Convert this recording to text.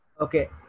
Okay